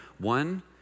One